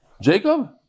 Jacob